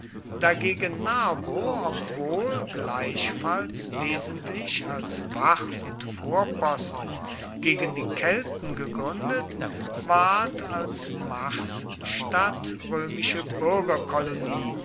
dagegen narbo obwohl gleichfalls wesentlich als wacht und vorposten gegen die kelten gegründet ward als marsstadt römische bürgerkolonie